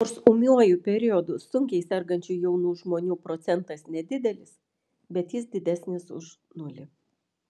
nors ūmiuoju periodu sunkiai sergančių jaunų žmonių procentas nedidelis bet jis didesnis už nulį